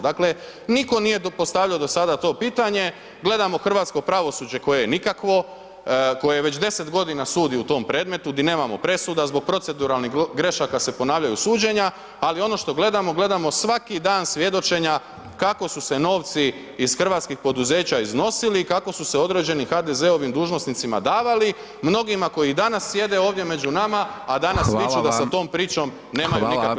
Dakle, nitko nije postavljao do sada to pitanje, gledamo hrvatsko pravosuđe koje je nikakvo, koje već 10 g. sudi u tom predmetu, di nemamo presuda, zbog proceduralnih grešaka se ponavljaju suđenja ali ono što gledamo, gledamo svaki dana svjedočenja kako su se novci iz hrvatskih poduzeća iznosili i kako su se određenim HDZ-ovim dužnosnicima davali, mnogima koji danas sjede ovdje među nama, a danas … s tom pričom nemaju nikakve veze.